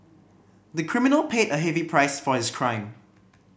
the criminal paid a heavy price for his crime